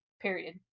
Period